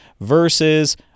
versus